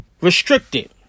restricted